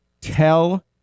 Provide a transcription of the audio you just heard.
tell